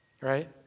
right